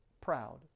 proud